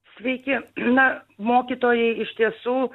sveiki na mokytojai iš tiesų